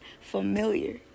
familiar